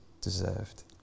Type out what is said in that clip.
deserved